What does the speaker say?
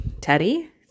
Teddy